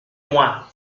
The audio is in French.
moi